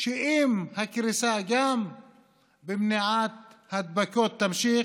שאם הקריסה גם במניעת הדבקות תימשך,